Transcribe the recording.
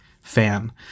fan